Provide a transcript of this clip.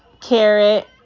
Carrot